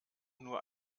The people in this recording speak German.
nur